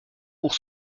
pour